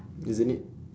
isn't it